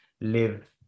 Live